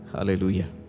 Hallelujah